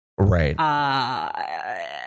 Right